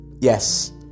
yes